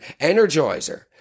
energizer